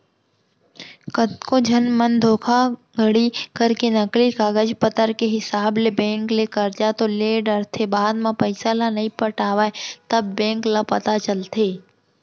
कतको झन मन धोखाघड़ी करके नकली कागज पतर के हिसाब ले बेंक ले करजा तो ले डरथे बाद म पइसा ल नइ पटावय तब बेंक ल पता चलथे